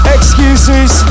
Excuses